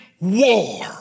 war